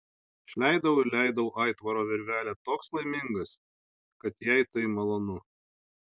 aš leidau ir leidau aitvaro virvelę toks laimingas kad jai tai malonu